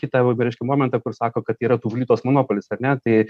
kitą va reiškia momentą kur sako kad yra tuvlitos monopolis ar ne tai